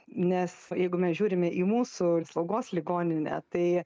nes jeigu mes žiūrime į mūsų slaugos ligoninę tai